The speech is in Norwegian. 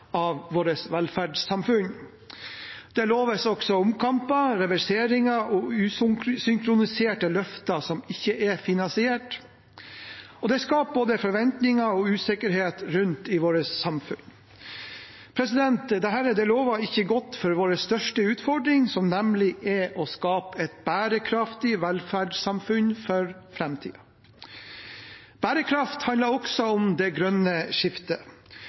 vårt velferdssamfunn. Det loves også omkamper, reverseringer og usynkroniserte løfter som ikke er finansiert. Det skaper både forventninger og usikkerhet rundt i vårt samfunn. Dette lover ikke godt for vår største utfordring, som nemlig er å skape et bærekraftig velferdssamfunn for framtiden. Bærekraft handler også om det grønne skiftet,